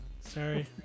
Sorry